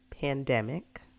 pandemic